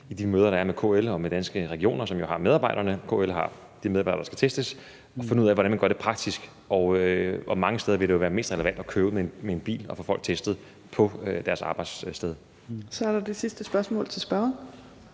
de møder, der er, med KL og med Danske Regioner, som jo har medarbejderne – KL har de medarbejdere, der skal testes – hvor man finder ud af, hvordan man gør det praktisk. Og mange steder vil det jo være mest relevant at køre ud med en bil og få folk testet på deres arbejdssted. Kl. 15:48 Fjerde næstformand (Trine